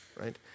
right